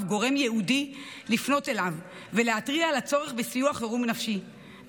גורם ייעודי לפנות אליו ולהתריע על הצורך בסיוע חירום נפשי,